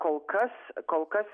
kol kas kol kas